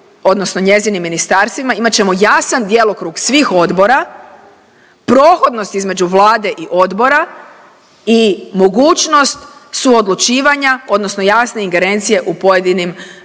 odnosno njezinim ministarstvima imat ćemo jasan djelokrug svih odbora, prohodnost između Vlade i odbora i mogućnost suodlučivanja odnosno jasnije ingerencije u pojedinim zakonima